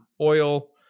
oil